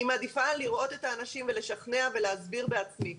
אני מעדיפה לראות את האנשים ולשכנע ולהסביר בעצמי,